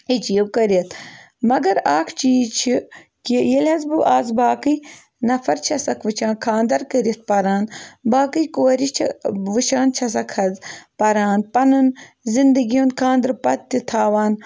achieve کٔرِتھ مگر اَکھ چیٖز چھِ کہِ ییٚلہِ حظ بہٕ آز باقٕے نفر چھسَکھ وٕچھان خاندَر کٔرِتھ پَران باقٕے کورِ چھِ وٕچھان چھَسَکھ حظ پَران پَنُن زِندگی ہُنٛد خاندرٕ پَتہٕ تہِ تھاوان